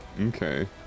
okay